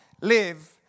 live